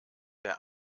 der